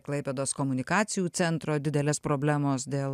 klaipėdos komunikacijų centro didelės problemos dėl